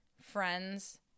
friends